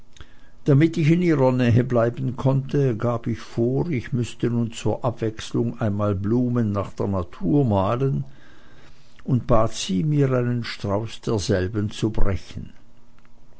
damit ich in ihrer nähe bleiben konnte gab ich vor ich müßte nun zur abwechslung einmal blumen nach der natur malen und bat sie mir einen strauß derselben zu brechen